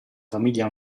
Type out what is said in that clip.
famiglia